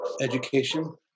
education